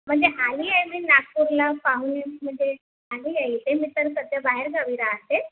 म्हणजे आली आहे मी नागपूरला पाहुणे आहेत माझे आली आहे इथे मी तर सध्या बाहेरगावी रहाते